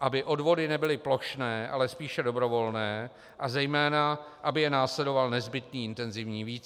aby odvody nebyly plošné, ale spíše dobrovolné, a zejména aby je následoval nezbytný intenzivní výcvik.